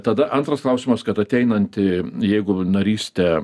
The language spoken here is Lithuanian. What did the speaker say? tada antras klausimas kad ateinanti jeigu narystę